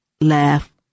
laugh